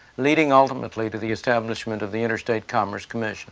leading ultimately to the establishment of the interstate commerce commission